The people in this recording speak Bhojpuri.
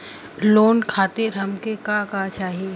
लोन खातीर हमके का का चाही?